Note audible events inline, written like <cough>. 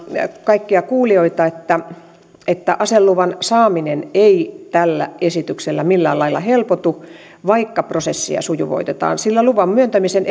kaikkia kuulijoita huomioimaan että aseluvan saaminen ei tällä esityksellä millään lailla helpotu vaikka prosessia sujuvoitetaan sillä luvan myöntämisen <unintelligible>